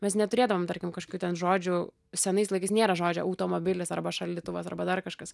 mes neturėdavom tarkim kažkokių ten žodžių senais laikais nėra žodžio automobilis arba šaldytuvas arba dar kažkas